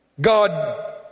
God